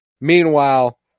meanwhile